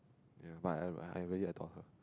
but I I really I told her